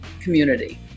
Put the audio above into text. community